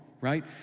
right